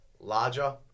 larger